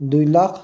দুই লাখ